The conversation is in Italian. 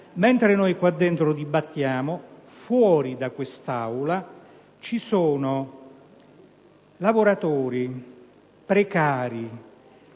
mentre noi qui dentro dibattiamo, fuori da quest'Aula ci sono lavoratori precari